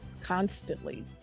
constantly